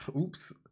Oops